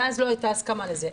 ואז לא הייתה הסכמה לזה.